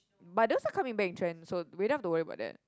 but those are coming back in trend so we don't have to worry about that